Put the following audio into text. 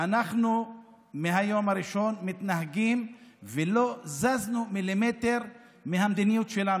אנחנו מהיום הראשון מתנהגים כך ולא זזנו מילימטר מהמדיניות שלנו,